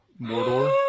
Mordor